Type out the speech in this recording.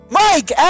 mike